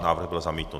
Návrh byl zamítnut.